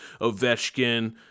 Ovechkin